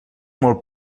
molt